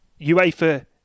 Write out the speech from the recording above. UEFA